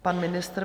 Pan ministr.